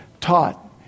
taught